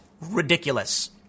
ridiculous